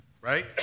Right